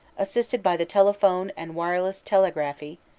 assisted by the telephone and wireless telegraphy,